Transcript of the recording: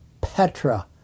Petra